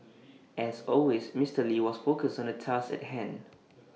as always Mister lee was focused on the task at hand